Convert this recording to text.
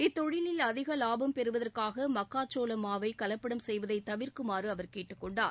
இத்தொழிலில் அதிக லாபம் பெறுவதற்காக மக்காச்சோளம் மாவை கலப்படம் செய்வதை தவிர்க்குமாறு அவர் கேட்டுக் கொண்டார்